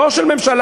לא של ממשלה,